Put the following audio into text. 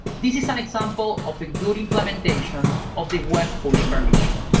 this is an example of a good implementation of the web push permission.